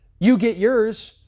you get yours,